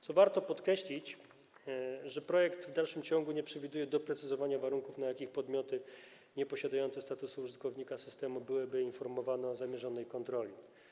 Co warto podkreślić, projekt w dalszym ciągu nie przewiduje doprecyzowania warunków, na jakich podmioty nieposiadające statusu użytkownika systemu byłyby informowane o zamierzonej kontroli.